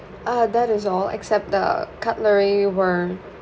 uh that is all except the cutlery weren't